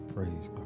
Praise